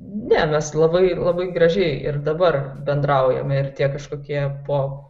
ne mes labai labai gražiai ir dabar bendraujam ir tie kažkokie po